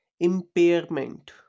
Impairment